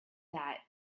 that